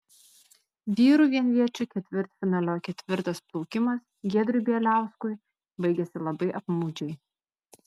vyrų vienviečių ketvirtfinalio ketvirtas plaukimas giedriui bieliauskui baigėsi labai apmaudžiai